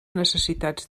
necessitats